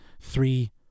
three